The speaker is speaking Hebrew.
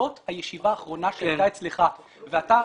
בעקבות הישיבה האחרונה שהייתה אצלך ואתה,